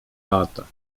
lata